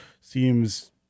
seems